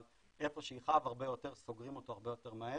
אבל איפה שיכאב הרבה יותר סוגרים אותו הרבה יותר מהר.